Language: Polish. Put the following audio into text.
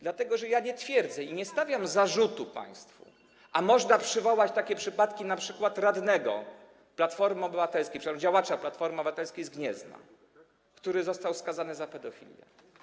Dlatego że ja nie twierdzę i nie stawiam zarzutu państwu, a można przywołać takie przypadki, np. przypadek radnego Platformy Obywatelskiej, przepraszam, działacza Platformy Obywatelskiej z Gniezna, który został skazany za pedofilię.